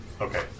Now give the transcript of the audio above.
Okay